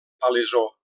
palaiseau